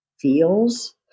feels